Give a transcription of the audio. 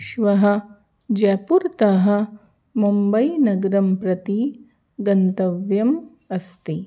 श्वः जयपुरतः मुम्बैनगरं प्रति गन्तव्यम् अस्ति